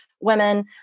women